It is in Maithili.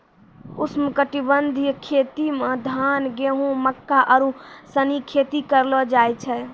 उष्णकटिबंधीय खेती मे धान, गेहूं, मक्का आरु सनी खेती करलो जाय छै